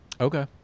Okay